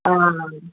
हां